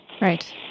Right